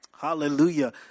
Hallelujah